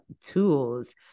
tools